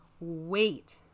wait